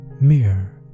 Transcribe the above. mirror